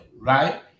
right